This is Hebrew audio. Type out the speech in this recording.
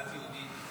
דת יהודית.